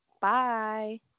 Bye